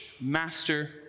master